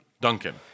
Duncan